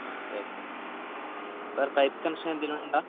ആ അതെ വേറെ പൈപ്പ് കണക്ഷൻ എന്തേലുമുണ്ടോ